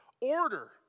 order